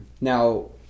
Now